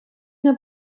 naar